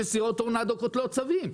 כשסירות טורנדו קוטלות צבים?